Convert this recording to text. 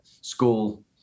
school